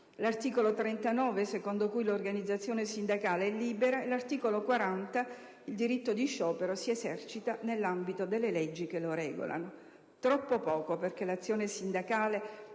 l'articolo 39, secondo cui «l'organizzazione sindacale è libera», e l'articolo 40, secondo il quale «il diritto di sciopero si esercita nell'ambito delle leggi che lo regolano». Troppo poco perché l'azione sindacale